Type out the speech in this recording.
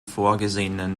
vorgesehenen